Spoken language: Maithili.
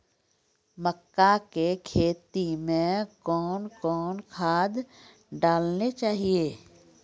मक्का के खेती मे कौन कौन खाद डालने चाहिए?